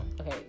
okay